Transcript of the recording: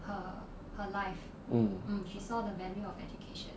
mm